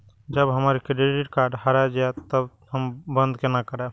जब हमर credit card हरा जयते तब बंद केना करब?